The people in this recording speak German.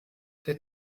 der